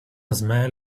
smell